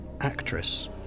actress